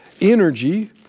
energy